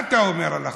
מה אתה אומר על החוק?